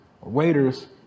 waiters